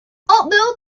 although